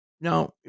Now